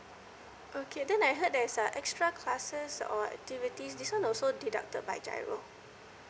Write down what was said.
okay then I heard there's a extra classes or activities this one also deducted by giro